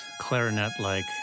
clarinet-like